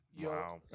Wow